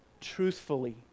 truthfully